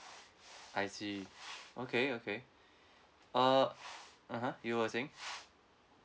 I see okay okay uh (uh huh) you were saying